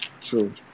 True